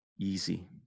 easy